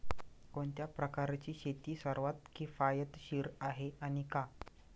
कोणत्या प्रकारची शेती सर्वात किफायतशीर आहे आणि का?